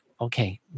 okay